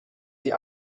sie